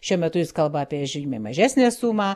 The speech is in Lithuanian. šiuo metu jis kalba apie žymiai mažesnę sumą